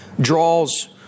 draws